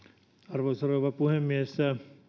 arvoisa rouva puhemies